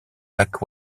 lacs